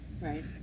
Right